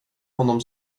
honom